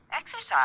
Exercise